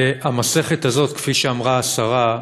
והמסכת הזאת, כפי שאמרה השרה,